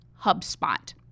HubSpot